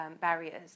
barriers